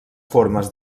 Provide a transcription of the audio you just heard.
formes